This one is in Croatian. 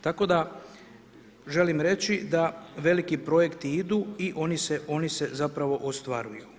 Tako da, želim reći da veliki projekti idu i oni se, zapravo, ostvaruju.